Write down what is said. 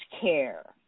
care